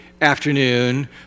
afternoon